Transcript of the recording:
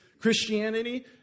Christianity